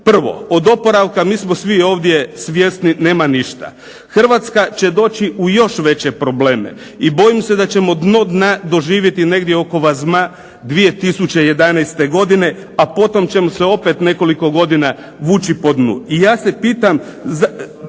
Prvo, od oporavka mi smo svi ovdje svjesni nema ništa. Hrvatska će doći u još veće probleme i bojim se da ćemo dno dna doživjeti negdje oko Vazma 2011. godine, a potom ćemo se opet nekoliko godina vući po dnu. Ja se pitam,